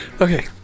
Okay